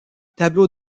tableau